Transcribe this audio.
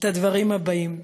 את הדברים הבאים: